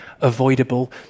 avoidable